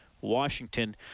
washington